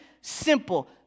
Simple